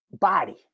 body